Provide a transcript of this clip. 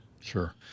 Sure